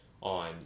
on